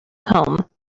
home